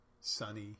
sunny